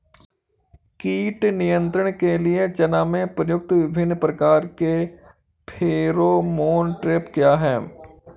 कीट नियंत्रण के लिए चना में प्रयुक्त विभिन्न प्रकार के फेरोमोन ट्रैप क्या है?